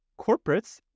Corporates